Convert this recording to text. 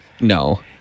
No